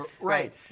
Right